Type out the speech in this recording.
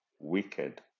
wicked